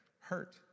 hurt